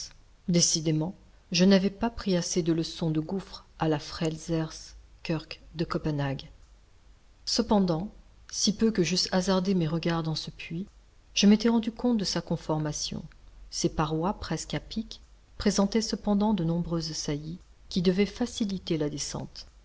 décidément je n'avais pas pris assez de leçons de gouffre à la frelsers kirk de copenhague cependant si peu que j'eusse hasardé mes regards dans ce puits je m'étais rendu compte de sa conformation ses parois presque à pic présentaient cependant de nombreuses saillies qui devaient faciliter la descente